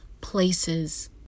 places